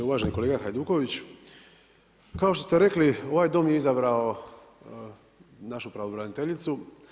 Uvaženi kolega Hajduković, kao što ste rekli ovaj Dom je izabrao našu pravobraniteljicu.